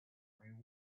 every